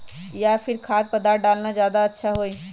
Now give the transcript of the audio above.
या फिर खाद्य पदार्थ डालना ज्यादा अच्छा होई?